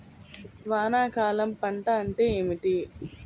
వానాకాలం పంట అంటే ఏమిటి?